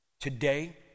Today